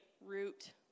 root